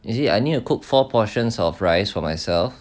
you see I need to cook four portions of rice for myself